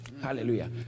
hallelujah